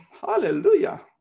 Hallelujah